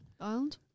island